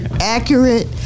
accurate